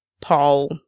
Paul